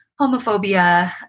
homophobia